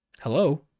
Hello